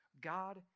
God